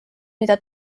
mida